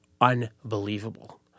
unbelievable